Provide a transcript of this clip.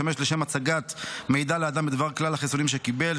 ישמש לשם הצגת מידע לאדם בדבר כלל החיסונים שקיבל,